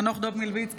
חנוך דב מלביצקי,